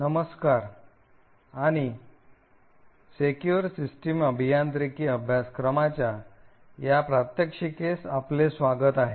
नमस्कार आणि secure system अभियांत्रिकी अभ्यासक्रमाच्या या प्रात्यक्षिकेस आपले स्वागत आहे